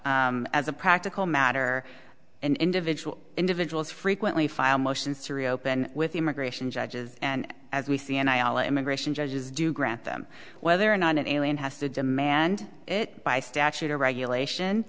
it as a practical matter and individual individuals frequently file motions to reopen with immigration judges and as we see and i all immigration judges do grant them whether or not an alien has to demand it by statute or regulation